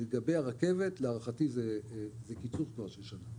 לגבי הרכבת להערכתי, זה קיצור --- של שנה.